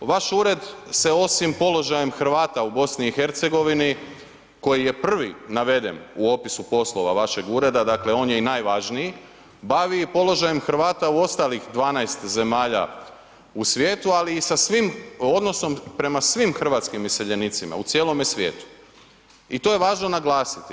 Vaš ured se osim položajem Hrvata u BiH koji je prvi naveden u opisu poslova vašeg ureda, dakle on je i najvažniji, bavi i položajem Hrvata u ostalih 12 zemalja u svijetu, ali i sa odnosom prema svim hrvatskim iseljenicima u cijelome svijetu i to je važno naglasiti.